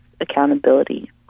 accountability